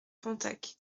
pontacq